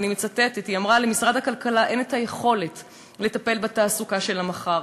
ואני מצטטת: למשרד הכלכלה אין היכולת לטפל בתעסוקה של המחר.